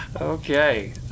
Okay